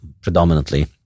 predominantly